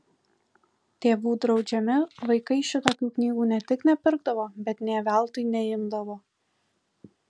tėvų draudžiami vaikai šitokių knygų ne tik nepirkdavo bet nė veltui neimdavo